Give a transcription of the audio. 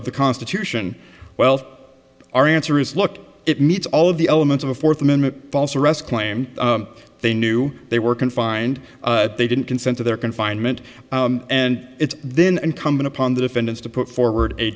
of the constitution well our answer is look it meets all of the elements of a fourth amendment false arrest claim they knew they were confined they didn't consent to their confinement and it's then incumbent upon the defendants to put forward a